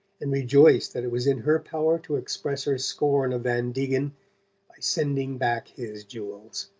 and rejoiced that it was in her power to express her scorn of van degen by sending back his jewels.